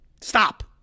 Stop